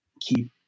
keep